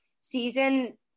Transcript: season